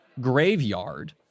graveyard